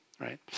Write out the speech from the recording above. right